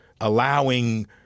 allowing